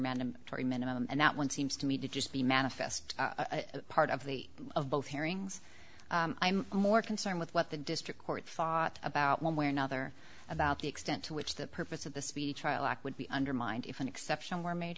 mandatory minimum and that one seems to me to just be manifest a part of the of both hearings i'm more concerned with what the district court thought about one way or another about the extent to which the purpose of the speech would be undermined if an exception were made